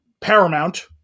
Paramount